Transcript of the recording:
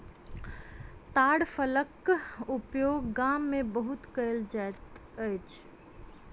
ताड़ फलक उपयोग गाम में बहुत कयल जाइत छल